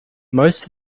most